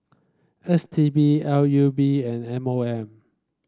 S T B L U P and M O M